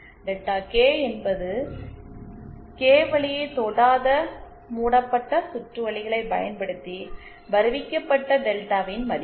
delta K என்பது K வழியை தொடாத மூடப்பட்ட சுற்றுவழிகளை பயன்படுத்தி வருவிக்கப்பட்ட டெல்டாவின் மதிப்பு